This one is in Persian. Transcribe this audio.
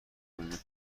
بین